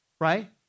right